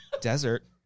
Desert